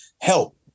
help